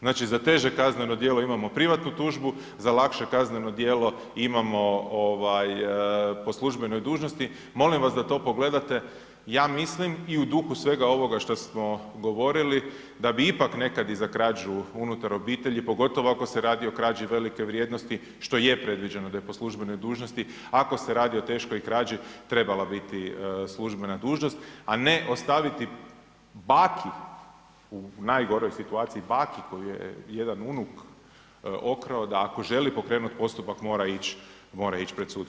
Znači za teže kazneno djelo imamo privatnu tužbu, za lakše kazneno djelo imamo ovaj, po službenoj dužnosti, molim vas da to pogledate, ja mislim i u duhu svega ovoga što smo govorili da bi ipak nekad i za krađu unutar obitelji pogotovo ako se radi o krađi velike vrijednosti što je predviđeno da je po službenoj dužnosti ako se radi o teškoj krađi trebala biti službena dužnost, a ne ostaviti baki u najgoroj situaciji baki koju je jedan unuk okrao, da ako želi pokrenuti postupak, mora ići pred sud.